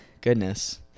Goodness